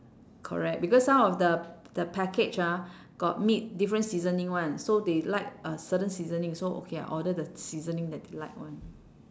correct because some of the the package ah got meat different seasoning [one] so they like uh certain seasoning so okay I order the seasoning that they like [one]